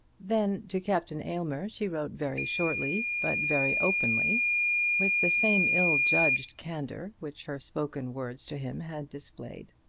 then to captain aylmer she wrote very shortly, but very openly with the same ill-judged candour which her spoken words to him had displayed.